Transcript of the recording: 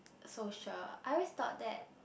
so sure I always thought that